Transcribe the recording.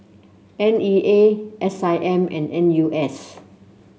N E A S I M and N U S